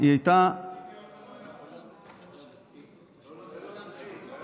--- תן לו להמשיך.